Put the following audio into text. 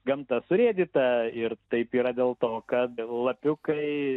gamta surėdyta ir taip yra dėl to kad lapiukai